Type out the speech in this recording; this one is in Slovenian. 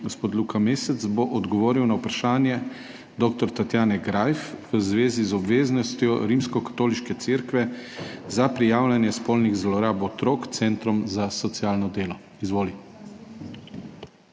gospod Luka Mesec bo odgovoril na vprašanje dr. Tatjane Greif v zvezi z obveznostjo Rimskokatoliške cerkve za prijavljanje spolnih zlorab otrok centrom za socialno delo. Izvoli.